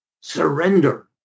surrender